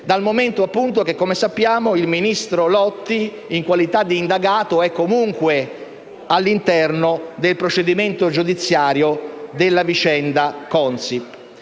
dal momento che, come sappiamo, il ministro Lotti, in qualità di indagato, è comunque all'interno del procedimento giudiziario della vicenda Consip.